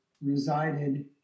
resided